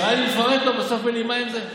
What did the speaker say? שעה אני מפרט לו, ובסוף הוא אומר לי: מה עם זה.